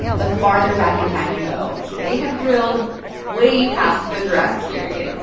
the farther back in time you go. they have drilled way past the jurassic period,